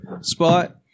spot